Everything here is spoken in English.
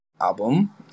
album